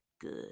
Good